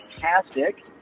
fantastic